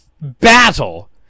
battle